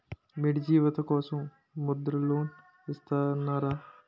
మోడీజీ యువత కోసం ముద్ర లోన్ ఇత్తన్నారు